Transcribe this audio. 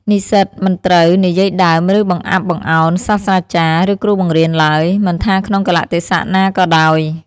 និស្សិតមិនត្រូវ និយាយដើម ឬបង្អាប់បង្អោន សាស្រ្តាចារ្យ ឬគ្រូបង្រៀនឡើយ មិនថាក្នុងកាលៈទេសៈណាក៏ដោយ។